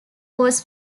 was